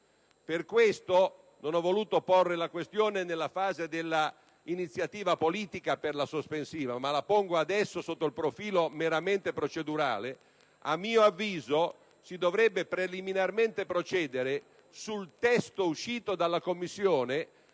Per questo motivo, non ho voluto porre la questione nella fase dell'iniziativa politica per la sospensiva, ma la pongo adesso sotto il profilo meramente procedurale. A mio avviso, si dovrebbe preliminarmente procedere sul testo uscito dalla Commissione